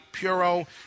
Puro